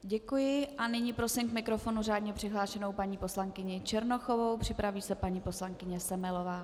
Děkuji a nyní prosím k mikrofonu řádně přihlášenou paní poslankyně Černochovou, připraví se paní poslankyně Semelová.